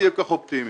להיות פסימיים.